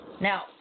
Now